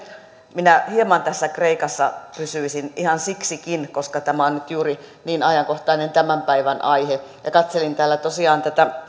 minä hieman tässä kreikassa pysyisin ihan siksikin että tämä on nyt juuri niin ajankohtainen tämän päivän aihe katselin täällä tosiaan